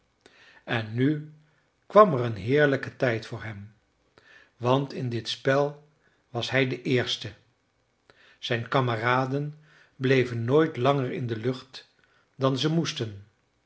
en nu kwam er een heerlijke tijd voor hem want in dit spel was hij de eerste zijn kameraden bleven nooit langer in de lucht dan ze moesten